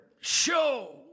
show